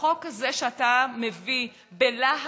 החוק הזה, שאתה מביא בלהט